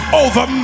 over